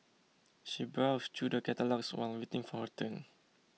she browsed through the catalogues while waiting for her turn